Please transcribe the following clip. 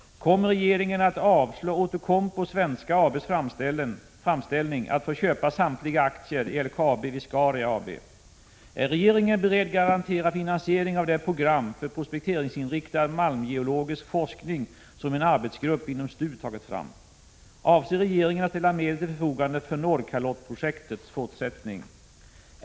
Kommer regeringen att avslå Outokumpu Svenska AB:s framställning att få köpa samtliga aktier i LKAB Viscaria AB? 5. Ärregeringen beredd garantera finansiering av det program för prospekteringsinriktad malmgeologisk forskning som en arbetsgrupp inom STU tagit fram? 7.